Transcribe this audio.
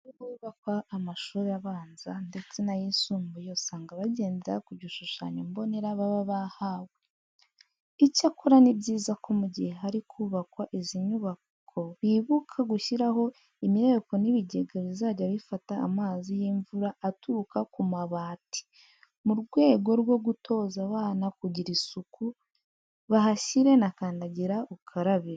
Iyo hubakwa amashuri abanza ndetse n'ayisumbuye usanga bagendera ku gishushanyo mbonera baba bahawe. Icyakora ni byiza ko mu gihe hari kubakwa izi nyubako bibuka gushyiraho imireko n'ibigega bizajya bifata amazi y'imvura aturuka ku mabati. Mu rwego rwo gutoza abana kugira isuku bahashyira na kandagira ukarabe.